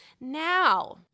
Now